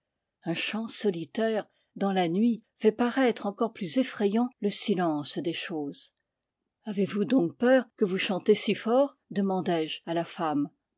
un chant solitaire dans la nuit fait paraître encore plus effrayant le silence des choses avez-vous donc peur que vous chantez si fort demandai-je à la femme